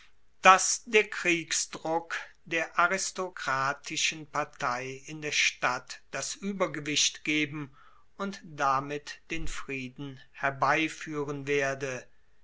dass der kriegsdruck der aristokratischen partei in der stadt das uebergewicht geben und damit den frieden herbeifuehren werde